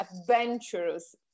adventurous